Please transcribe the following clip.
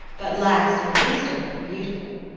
but last and least of all beautiful.